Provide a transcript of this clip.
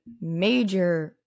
major